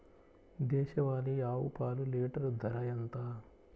దేశవాలీ ఆవు పాలు లీటరు ధర ఎంత?